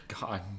God